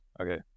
okay